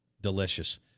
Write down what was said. delicious